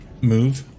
Move